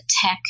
tech